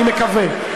אני מקווה.